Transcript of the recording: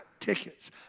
tickets